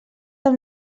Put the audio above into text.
amb